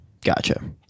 Gotcha